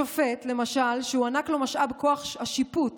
שופט, למשל, שהוענק לו משאב כוח השיפוט